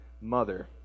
mother